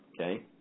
okay